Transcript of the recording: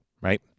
Right